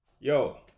yo